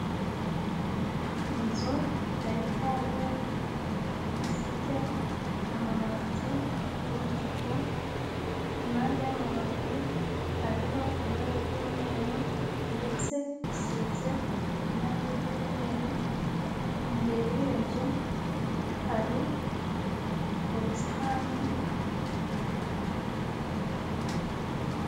Inzu ya etaje, ifite amabati y'umutuku, impande y'amabati hariho ibara ry'mweru ndetse isize irangi ry'umweru, imbere y'iyo nzu hari ubusitani.